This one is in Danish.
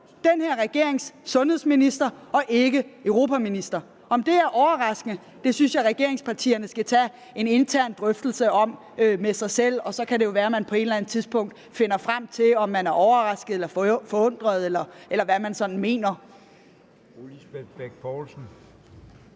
den her regerings sundhedsminister og ikke europaminister. Om det er overraskende, synes jeg at regeringspartierne skal tage en intern drøftelse af med sig selv, og så kan det jo være, at man på et eller andet tidspunkt finder frem til, om man er overrasket eller forundret, eller hvad man sådan mener.